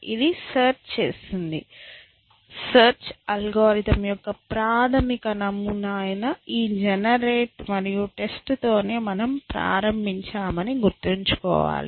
ఇది సెర్చ్ చేస్తుంది search algorithm యొక్క ప్రాథమిక నమూనా అయినా ఈ జెనెరేట్ మరియు టెస్ట్ తో నే మనము ప్రారంభించామని గుర్తుంచుకోవాలి